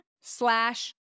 slash